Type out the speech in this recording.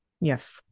Yes